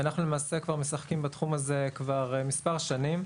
אנחנו, למעשה, משחקים בתחום הזה כבר מספר שנים,